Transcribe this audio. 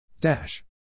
Dash